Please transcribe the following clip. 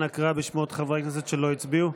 אנא קרא בשמות חברי הכנסת שלא הצביעו.